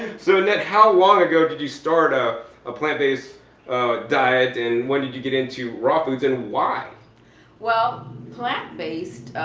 so annette how long ago did you start a ah plant based diet and when did you get into raw foods and why? annette well plant based,